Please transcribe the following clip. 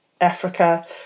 Africa